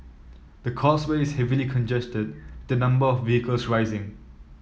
the causeway is heavily congested the number of vehicles rising